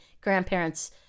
grandparents